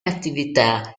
attività